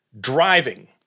driving